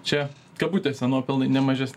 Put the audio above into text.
čia kabutėse nuopelnai nemažesni